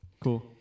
Cool